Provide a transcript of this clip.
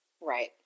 right